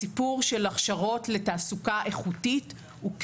הסיפור של הכשרות לתעסוקה איכותית הוא קריטי.